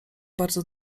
bardzo